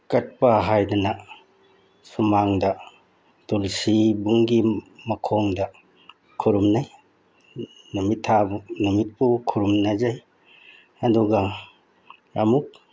ꯀꯠꯄ ꯍꯥꯏꯗꯅ ꯁꯨꯃꯥꯡꯗ ꯇꯨꯜꯂꯁꯤ ꯕꯣꯡꯒꯤ ꯃꯈꯣꯡꯗ ꯈꯨꯔꯨꯝꯅꯩ ꯅꯨꯃꯤꯠ ꯊꯥꯕꯨ ꯅꯨꯃꯤꯠꯄꯨ ꯈꯨꯔꯨꯝꯅꯖꯩ ꯑꯗꯨꯒ ꯑꯃꯨꯛ